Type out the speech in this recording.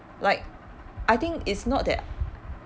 like I think it's not that